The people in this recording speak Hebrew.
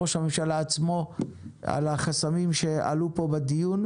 ראש הממשלה עצמו על החסמים שעלו פה בדיון.